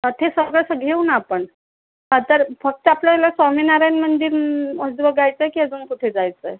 हा ते सगळं असं घेऊ ना आपण हा तर फक्त आपल्याला स्वामीनारायण मंदिर उ अच बघायचं आहे की अजून कुठे जायचं आहे